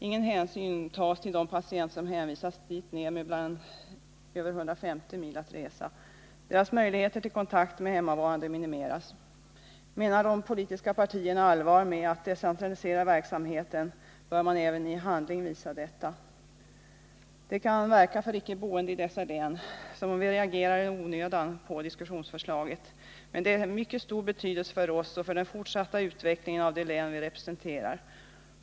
Ingen hänsyn tas till de patienter som hänvisas dit ner med ibland över 150 mil att resa. Deras möjligheter till kontakt med de hemmavarande minimeras. Menar de politiska partierna allvar med att vilja decentralisera verksamheten bör man även i handling visa detta. Det kan för icke boende i dessa län verka som om vi reagerar i onödan på diskussionsförslaget. Men det är av mycket stor betydelse för oss och för den fortsatta utvecklingen av de län vi representerar.